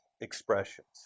expressions